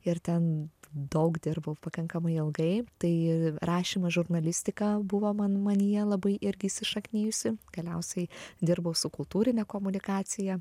ir ten daug dirbau pakankamai ilgai tai rašymas žurnalistika buvo man manyje labai irgi įsišaknijusi galiausiai dirbau su kultūrine komunikacija